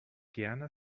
gerne